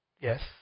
Yes